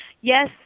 yes